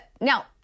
now